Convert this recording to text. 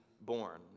born